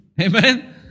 Amen